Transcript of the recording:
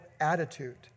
attitude